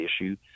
issue